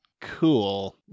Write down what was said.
cool